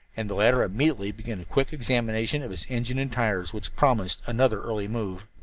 and the latter immediately began a quick examination of his engine and tires, which promised another early move.